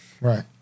Right